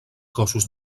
gossos